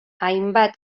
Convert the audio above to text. hainbat